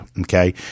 Okay